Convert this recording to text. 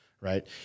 right